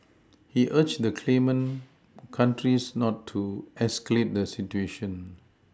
he urged the claimant countries not to escalate the situation